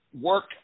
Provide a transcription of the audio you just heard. work